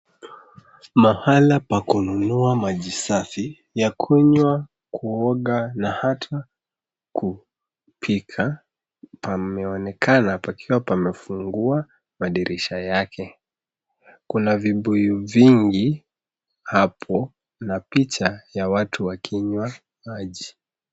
Mahala pa kununua maji safi ya kunywa, kuoga na hata kupika pameonekana pakiwa pamefungua madirisha yake. Kuna vibuyu vingi hapo na picha ya watu wakinywa maji.